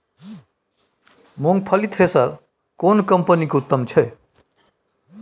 मूंगफली थ्रेसर केना कम्पनी के उत्तम छै?